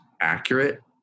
accurate